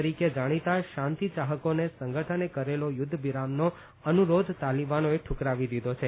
તરીકે જાણીતા શાંતિ યાહકોને સંગઠને કરેલો યુદ્ધ વિરામનો અનુરોધ તાલિબાનોએ ઠુકરાવી દીધો છે